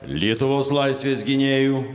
lietuvos laisvės gynėjų